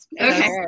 Okay